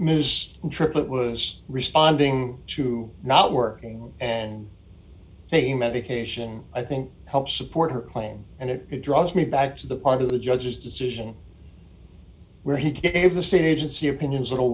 news trip was responding to not working and taking medication i think helps support her claim and it draws me back to the part of the judge's decision where he gave the state agency opinions little